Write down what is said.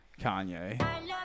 Kanye